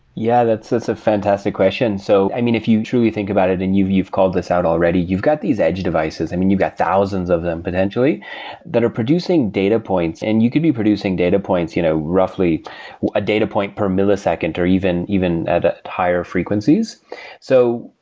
yeah, that's that's a fantastic question. so i mean, if you truly think about it and you've you've called this out already, you've got these edge devices. i mean, you've got thousands of them potentially that are producing data points and you could be producing data points you know roughly a data point per millisecond, or even even at higher frequencies so